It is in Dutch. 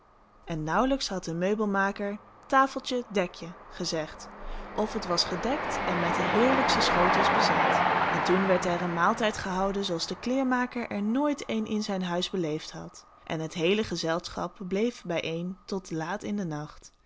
en nauwelijks had de meubelmaker tafeltje dek je gezegd of het was gedekt en met de heerlijkste schotels bezet en toen werd er een maaltijd gehouden zooals de kleermaker er nooit een in zijn huis beleefd had en het heele gezelschap bleef bijeen tot laat in den nacht